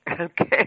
Okay